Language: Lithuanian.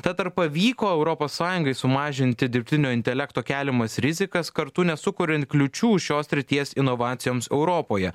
tad ar pavyko europos sąjungai sumažinti dirbtinio intelekto keliamas rizikas kartu nesukuriant kliūčių šios srities inovacijoms europoje